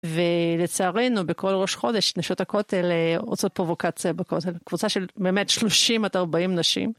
ולצערנו, בכל ראש חודש, נשות הכותל רוצות פרווקציה בכותל. קבוצה של באמת שלושים עד ארבעים נשים.